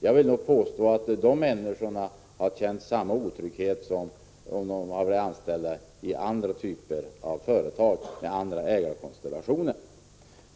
Jag vill påstå att de människorna har känt samma otrygghet som om de hade varit anställda i andra typer av företag, med andra ägarkonstellationer.